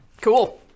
Cool